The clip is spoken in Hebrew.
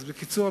בקיצור,